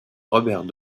robert